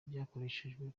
byakoreshejwe